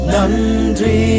Nandri